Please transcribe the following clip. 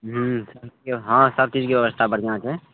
हूँ हँ सब चीजकेँ व्यवस्था बढ़िआँ छै